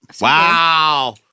wow